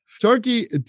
Turkey